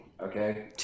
Okay